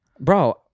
bro